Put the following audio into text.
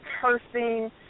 cursing